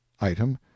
item